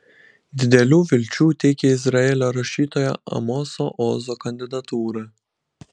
didelių vilčių teikia izraelio rašytojo amoso ozo kandidatūra